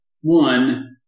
One